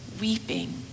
weeping